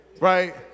right